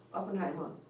oppenheimer,